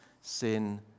sin